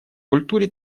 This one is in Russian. культуре